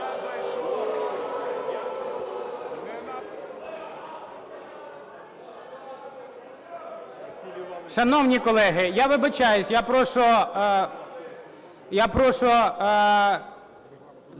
Шановні колеги, я вибачаюсь, я прошу